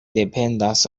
dependas